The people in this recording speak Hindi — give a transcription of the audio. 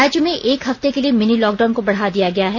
राज्य में एक हफते के लिए मिनी लॉकडाउन को बढ़ा दिया गया है